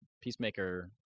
Peacemaker